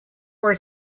were